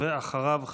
ואחריו,